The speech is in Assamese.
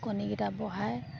কণীগিটা বঢ়াই